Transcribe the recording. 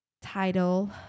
title